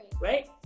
right